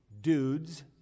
dudes